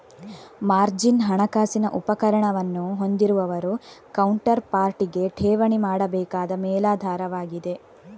margin ಹಣಕಾಸಿನ ಉಪಕರಣವನ್ನು ಹೊಂದಿರುವವರು ಕೌಂಟರ್ ಪಾರ್ಟಿಗೆ ಠೇವಣಿ ಮಾಡಬೇಕಾದ ಮೇಲಾಧಾರವಾಗಿದೆ